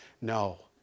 No